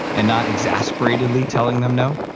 and not exasperatingly telling them no?